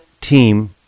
team